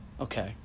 okay